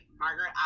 Margaret